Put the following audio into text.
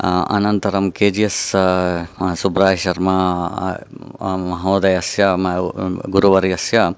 अनन्तरं केजिएस् सुब्रायशर्मा महोदयस्य गुरुवर्यस्य